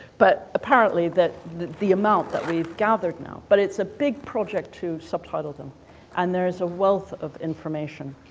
but apparently that the the amount that we've gathered now but it's a big project to subtitle them and there is a wealth of information.